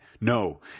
No